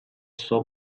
sua